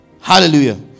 Hallelujah